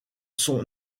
son